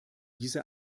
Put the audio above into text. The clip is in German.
diese